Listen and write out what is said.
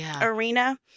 arena